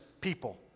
people